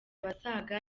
abasaga